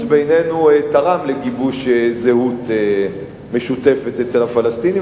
בינינו תרם לגיבוש זהות משותפת אצל הפלסטינים,